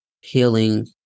healing